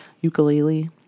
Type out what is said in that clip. ukulele